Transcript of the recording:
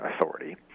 Authority